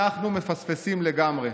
אנחנו מפספסים לגמרי.